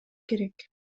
керек